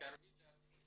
מינוי של השר.